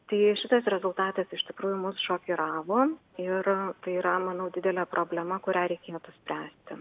tai šitas rezultatas iš tikrųjų mus šokiravo ir tai yra manau didelė problema kurią reikėtų spręsti